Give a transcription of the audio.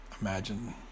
imagine